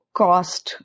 cost